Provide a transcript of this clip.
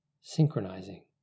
synchronizing